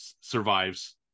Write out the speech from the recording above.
survives